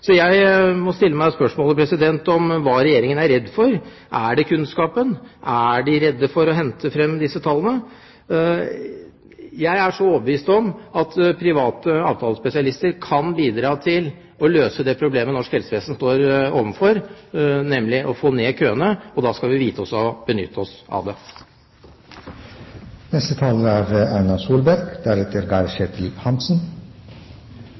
Så jeg må stille meg spørsmålet: Hva er Regjeringen redd for? Er det kunnskapen? Er man redd for å hente fram disse tallene? Jeg er overbevist om at private avtalespesialister kan bidra til å løse det problemet norsk helsevesen står overfor, nemlig å få ned køene, og da skal vi vite å benytte oss av